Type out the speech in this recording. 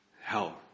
hell